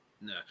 No